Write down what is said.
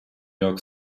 york